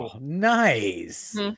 nice